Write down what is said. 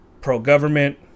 pro-government